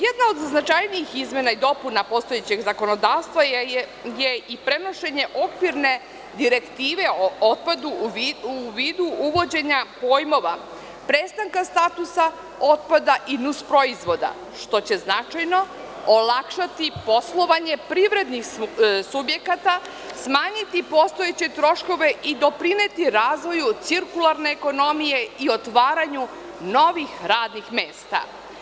Jedna od značajnijih izmena i dopuna postojećeg zakonodavstva je i prenošenje Okvirne direktive o otpadu u vidu uvođenja pojmova – prestanka statusa otpada i nus proizvoda, što će značajno olakšati poslovanje privrednih subjekata, smanjiti postojeće troškove i doprineti razvoju cirkularne ekonomije i otvaranju novih radnih mesta.